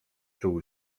czuł